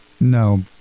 No